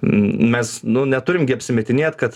mes nu neturim gi apsimetinėt kad